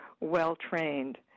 well-trained